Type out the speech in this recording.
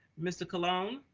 mr. colon.